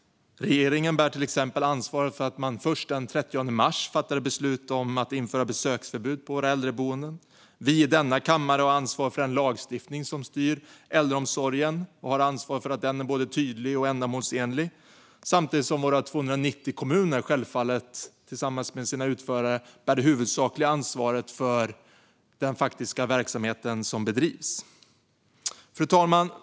Regeringen bär till exempel ansvaret för att man först den 30 mars fattade beslut om att införa besöksförbud på våra äldreboenden. Vi i denna kammare har ansvar för att den lagstiftning som styr äldreomsorgen är både tydlig och ändamålsenlig samtidigt som våra 290 kommuner tillsammans med sina utförare bär det huvudsakliga ansvaret för verksamheten som bedrivs. Fru talman!